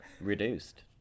Reduced